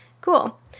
Cool